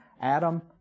Adam